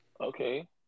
Okay